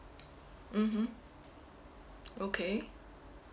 mmhmm okay